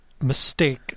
mistake